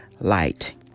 light